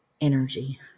energy